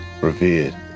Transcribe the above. revered